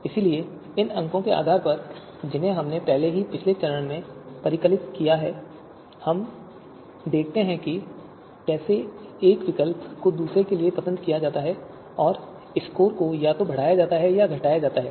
इसलिए इन अंकों के आधार पर जिन्हें हमने पहले ही पिछले चरण में परिकलित किया है हम देखते हैं कि कैसे एक विकल्प को दूसरे पर पसंद किया जाता है और स्कोर को या तो बढ़ाया या घटाया जाता है